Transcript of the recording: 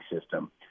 system